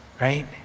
right